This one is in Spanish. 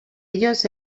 ellos